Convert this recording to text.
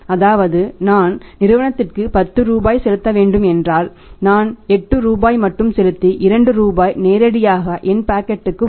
அதாவது நான் நிறுவனத்திற்கு 10 ரூபாய் செலுத்த வேண்டுமென்றால் நான் எட்டு ரூபாய் மட்டும் செலுத்தி 2 ரூபாய் நேரடியாக என் பாக்கெட்க்கு வரும்